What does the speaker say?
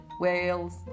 Wales